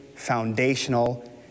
foundational